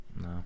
no